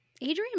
Adrian